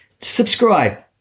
Subscribe